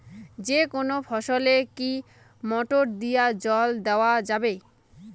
যেকোনো ফসলে কি মোটর দিয়া জল দেওয়া যাবে?